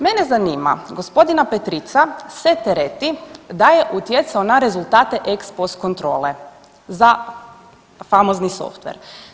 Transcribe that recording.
Mene zanima, gospodina Petrica se tereti da je utjecao na rezultate ex-pos kontrole za famozni softver.